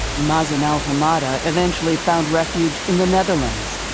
mazen alhummada eventually found refuge in the netherlands.